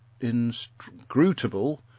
inscrutable